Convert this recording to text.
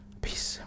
Peace